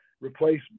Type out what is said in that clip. replace